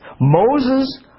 Moses